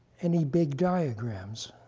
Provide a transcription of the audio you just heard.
any big diagrams.